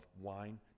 wine